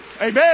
Amen